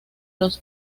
los